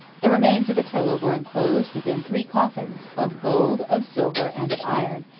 the remains of attila were enclosed within three coffins, of gold, of silver, and of iron,